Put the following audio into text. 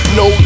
no